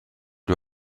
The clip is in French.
lui